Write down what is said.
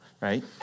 Right